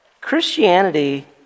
Christianity